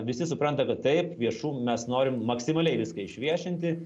visi supranta kad taip viešų mes norim maksimaliai viską išviešinti